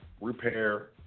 repair